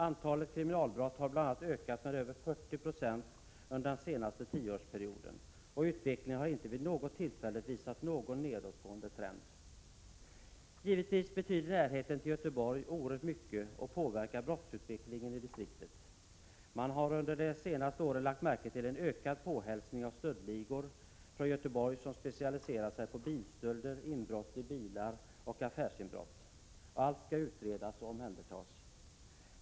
Antalet kriminalbrott har bl.a. ökat med över 40 96 under den senaste tioårsperioden, och utvecklingen har inte vid något tillfälle visat en nedåtgående trend. Givetvis betyder närheten till Göteborg oerhört mycket, och det påverkar brottsutvecklingen i distriktet. Man har under de senaste åren lagt märke till en ökad påhälsning av stöldligor från Göteborg, som specialiserar sig på bilstölder, inbrott i bilar och affärsinbrott. Allt detta skall utredas och omhändertas.